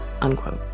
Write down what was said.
unquote